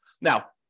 Now